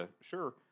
sure